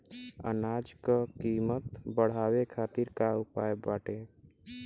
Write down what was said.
अनाज क कीमत बढ़ावे खातिर का उपाय बाटे?